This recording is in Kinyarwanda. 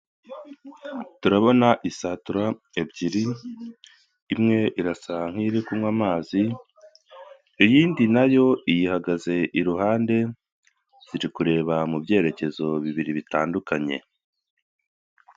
Turabona isatura ebyiri, imwe irasa nk'iri kunywa amazi, iyindi nayo iyihagaze iruhande ziri kureba mu byerekezo bibiri bitandukanye.